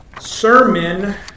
sermon